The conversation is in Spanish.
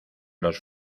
los